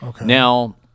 Now